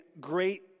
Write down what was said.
great